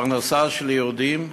פרנסה של יהודים,